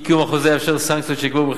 אי-קיום החוזה יאפשר סנקציות שייקבעו,